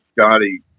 Scotty